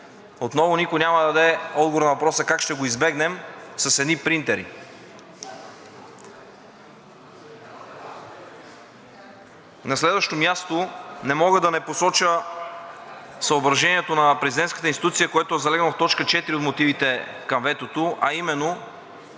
отново никой няма да даде отговор на въпроса как ще го избегнем с едни принтери? На следващо място, не мога да не посоча съображението на президентската институция, което е залегнало в точка четири от мотивите към ветото, а именно